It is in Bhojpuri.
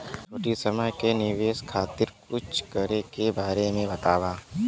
छोटी समय के निवेश खातिर कुछ करे के बारे मे बताव?